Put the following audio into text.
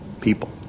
people